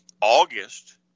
August